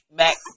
back